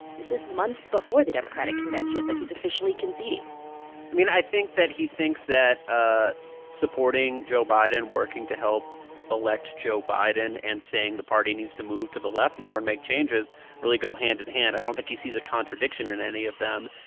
this is months before the democratic convention that he's officially conceding i mean, i think that he thinks that ah supporting joe biden, working to help elect joe biden and saying the party needs to move to the left more and make changes really go hand-in-hand. i don't think he sees a contradiction in any of them.